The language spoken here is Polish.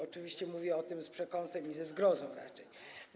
Oczywiście mówię o tym z przekąsem i ze zgrozą raczej.